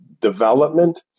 development